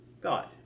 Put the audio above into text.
God